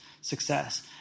success